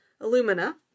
Alumina